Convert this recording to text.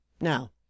now